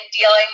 dealing